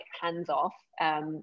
hands-off